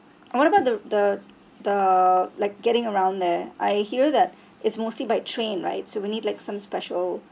and what about the the the like getting around there I hear that it's mostly by train right so we need like some special